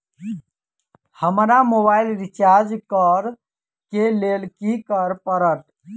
हमरा mobile recharge करऽ केँ लेल की करऽ पड़त?